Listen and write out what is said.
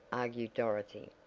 argued dorothy.